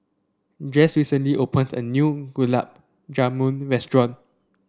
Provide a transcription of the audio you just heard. Jesse recently opened a new Gulab Jamun restaurant